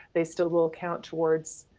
they still will count towards